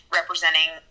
representing